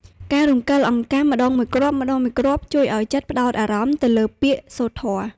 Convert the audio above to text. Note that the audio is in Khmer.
ការរំកិលអង្កាំម្តងមួយគ្រាប់ៗ ជួយឱ្យចិត្តផ្ដោតអារម្មណ៍ទៅលើពាក្យសូត្រធម៌។